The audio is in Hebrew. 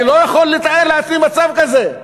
אני לא יכול לתאר לעצמי מצב כזה.